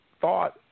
thought